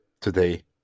today